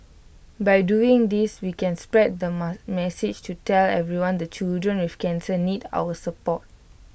by doing this we can spread the message to tell everyone that children with cancer need our support